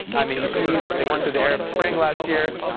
i mean, you see they went through the arab spring last year.